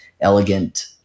elegant